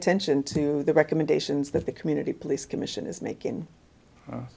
attention to the recommendations that the community police commission is making